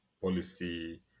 policy